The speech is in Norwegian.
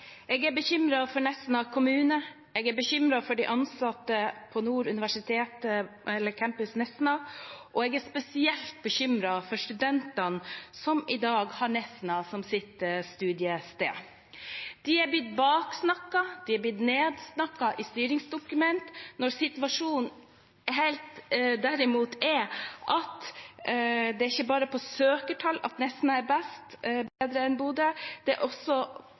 for de ansatte ved Nord universitet, campus Nesna, og jeg er spesielt bekymret for studentene som i dag har Nesna som sitt studiested. De er blitt baksnakket, de er blitt nedsnakket i styringsdokument når situasjonen derimot er den at det ikke bare er på søkertall Nesna er bedre enn Bodø, det er også